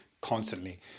constantly